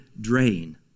drain